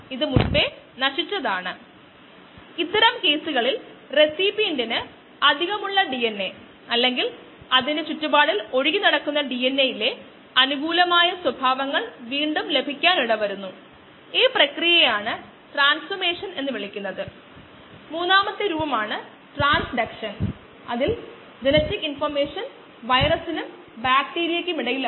അതിനാൽ x ന്റെ അടിസ്ഥാനത്തിൽ നമുക്ക് മറ്റൊന്നിനെ പരിവർത്തനം ചെയ്യാൻ കഴിയുമെങ്കിൽ x നെ നോക്കുന്നതുകൊണ്ട് നമുക്ക് x ഇൽ എല്ലാം ഉണ്ട് x ന്റെ കാര്യത്തിൽ നമുക്ക് പ്രകടിപ്പിക്കാൻ കഴിയുമെങ്കിൽ നമുക്ക് ഈ സമവാക്യം പരിഹരിക്കാൻ കഴിയും